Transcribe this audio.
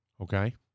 okay